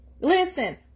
Listen